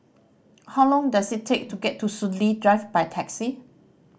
how long does it take to get to Soon Lee Drive by taxi